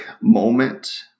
moment